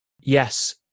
yes